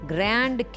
Grand